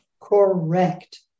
Correct